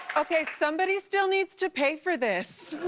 okay, somebody still needs to pay for this.